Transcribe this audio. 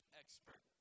expert